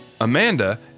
Amanda